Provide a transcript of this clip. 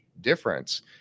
difference